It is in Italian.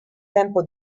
tempo